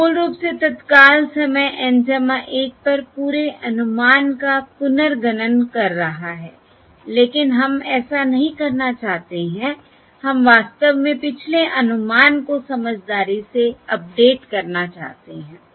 जो मूल रूप से तत्काल समय N 1 पर पूरे अनुमान का पुनर्गणन कर रहा है लेकिन हम ऐसा नहीं करना चाहते हैं हम वास्तव में पिछले अनुमान को समझदारी से अपडेट करना चाहते हैं